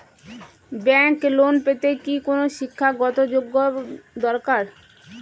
Bank loan পেতে কি কোনো শিক্ষা গত যোগ্য দরকার?